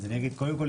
אז קודם כל,